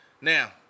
Now